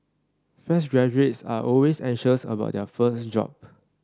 fresh graduates are always anxious about their first job